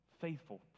faithful